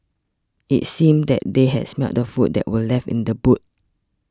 it seemed that they had smelt the food that were left in the boot